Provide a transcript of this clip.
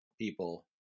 people